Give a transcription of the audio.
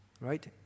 right